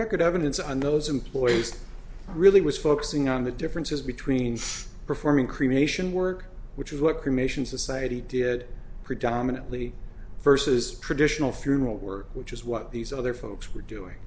record evidence on those employees really was focusing on the differences between performing cremation work which is what commission society did predominantly versus traditional fuel work which is what these other folks were doing